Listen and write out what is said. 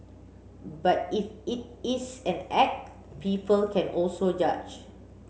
but if it is an act people can also judge